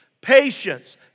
patience